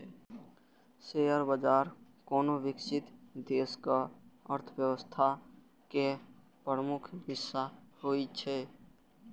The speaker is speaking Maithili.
शेयर बाजार कोनो विकसित देशक अर्थव्यवस्था के प्रमुख हिस्सा होइ छै